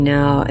now